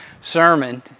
sermon